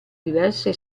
diverse